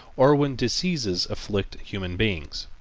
or when diseases afflict human beings.